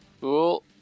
Cool